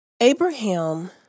Abraham